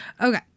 Okay